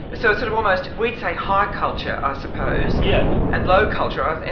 it's so sort of almost we'd say high culture, i suppose. yes. and low culture. um and